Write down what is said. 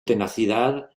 tenacidad